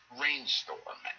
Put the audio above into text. rainstorm